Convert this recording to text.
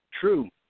true